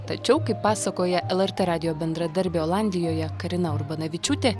tačiau kaip pasakoja lrt radijo bendradarbė olandijoje karina urbanavičiūtė